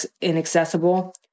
inaccessible